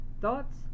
Thoughts